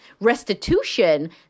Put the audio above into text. restitution